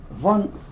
one